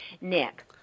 Nick